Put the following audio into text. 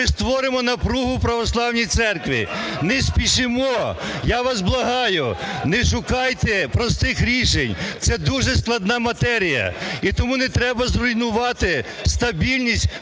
ми створимо напругу в православній церкві. Не спішимо. Я вас благаю, не шукайте простих рішень, це дуже складна матерія. І тому не треба зруйнувати стабільність